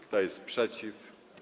Kto jest przeciw?